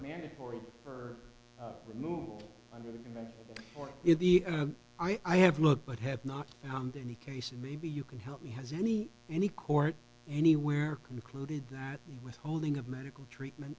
mandatory for removal or if the i have looked but have not found any case and maybe you can help me has any any court anywhere concluded that withholding of medical treatment